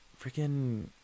Freaking